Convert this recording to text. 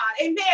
Amen